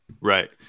right